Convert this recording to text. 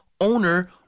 owner